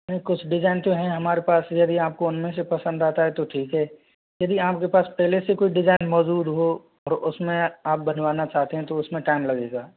नहीं कुछ डिज़ाइन तो है हमारे पास यदि आपको उनमें से पसंद आता है तो ठीक है यदि आपके पास पहले से कोई डिज़ाइन मौजूद हो तो उसमें आप बनवाना चाहते हैं तो उसमें टाइम लगेगा